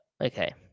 okay